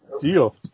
Deal